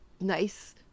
nice